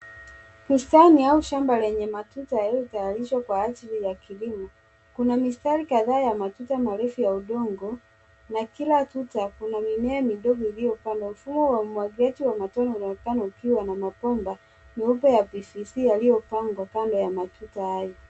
Bustani au shamba lenye matuta yaliyotayarishwa kwa ajili ya kilimo. Kuna mistari kadhaa ya matuta marefu ya udongo na kila tuta kuna mimea midogo iliyopandwa. Mfumo wa umwagiliaji wa matone unaonekana ukiwa na mabomba meupe ya PVC yaliyopangwa kando ya matuta hayo.